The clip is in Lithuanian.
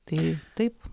tai taip